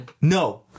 No